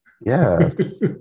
Yes